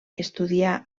estudià